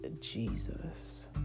Jesus